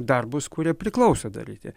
darbus kurie priklausė daryti